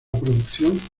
producción